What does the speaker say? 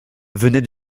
venait